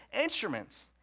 instruments